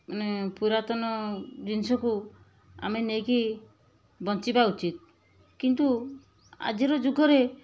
ମାନେ ପୁରାତନ ଜିନିଷକୁ ଆମେ ନେଇକି ବଞ୍ଚିବା ଉଚିତ କିନ୍ତୁ ଆଜିର ଯୁଗରେ